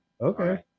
Okay